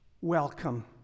welcome